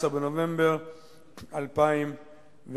16 בנובמבר 2010,